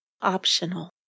optional